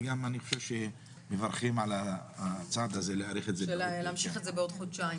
וגם אני חושב שמברכים על הצעד הזה להמשיך את זה בעוד חודשיים.